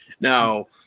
Now